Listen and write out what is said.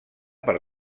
per